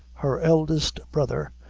her eldest brother,